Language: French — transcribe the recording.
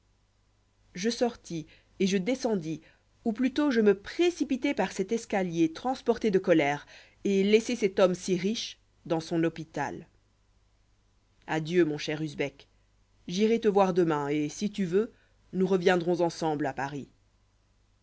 je sortis et je descendis ou plutôt je me précipitai par cet escalier transporté de colère et laissai cet homme si riche dans son hôpital adieu mon cher usbek j'irai te voir demain et si tu veux nous reviendrons ensemble à paris